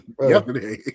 yesterday